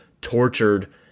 tortured